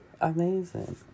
Amazing